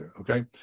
Okay